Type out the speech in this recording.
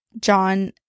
John